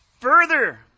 further